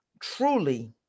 truly